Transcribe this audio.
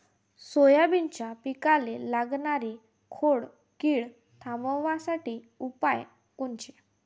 सोयाबीनच्या पिकाले लागनारी खोड किड थांबवासाठी उपाय कोनचे?